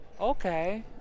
Okay